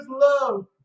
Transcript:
love